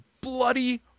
bloody